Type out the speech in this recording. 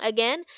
Again